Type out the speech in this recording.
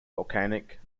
volcanic